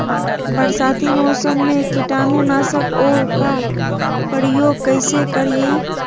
बरसाती मौसम में कीटाणु नाशक ओं का प्रयोग कैसे करिये?